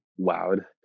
wowed